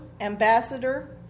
ambassador